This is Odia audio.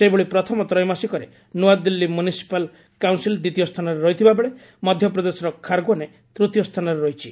ସେହିଭଳି ପ୍ରଥମ ତ୍ରୟୋମାସିକରେ ନୂଆଦିଲ୍ଲୀ ମୁନିସିପାଲ କାଉନ୍ସିଲ୍ ଦ୍ୱିତୀୟ ସ୍ଥାନରେ ରହିଥିବା ବେଳେ ମଧ୍ୟପ୍ରଦେଶର ଖାରଗୋନେ ତୂତୀୟ ସ୍ଥାନରେ ରହିଛି